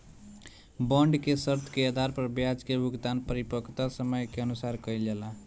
bond के शर्त के आधार पर ब्याज के भुगतान परिपक्वता समय के अनुसार कईल जाला